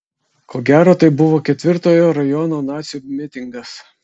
ko gero tai buvo ketvirtojo rajono nacių mitingas